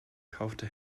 kaufte